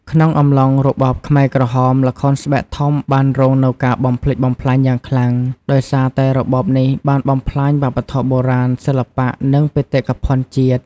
ក្នុងអំឡុងរបបខ្មែរក្រហម ល្ខោនស្បែកធំបានរងនូវការបំផ្លិចបំផ្លាញយ៉ាងខ្លាំង ដោយសារតែរបបនេះបានបំផ្លាញវប្បធម៌បុរាណ សិល្បៈ និងបេតិកភណ្ឌជាតិ។